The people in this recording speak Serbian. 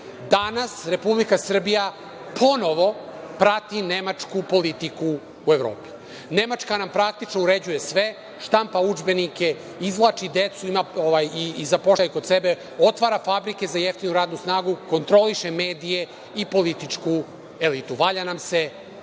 Danas Republika Srbija ponovo prati nemačku politiku u Evropi. Nemačka nam praktično uređuje sve, štampa udžbenike, izvlači decu i zapošljava ih kod sebe, otvara fabrike za jeftinu radnu snagu, kontroliše medije i političku elitu. Valja nam se